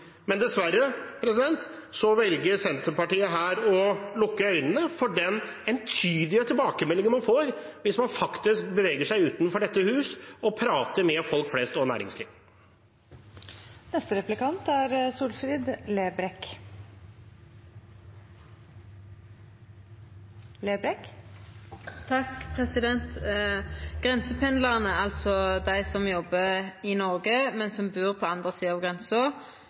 Dessverre velger Senterpartiet her å lukke øynene for den entydige tilbakemeldingen man får hvis man faktisk beveger seg utenfor dette hus og prater med folk flest og næringslivet. Grensependlarane, altså dei som jobbar i Noreg, men som bur på andre sida av grensa,